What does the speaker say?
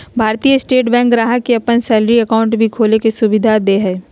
भारतीय State Bank ग्राहक के अपन सैलरी अकाउंट भी खोले के सुविधा दे हइ